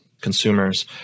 consumers